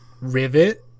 Rivet